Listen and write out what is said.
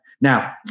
Now